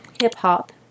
hip-hop